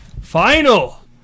final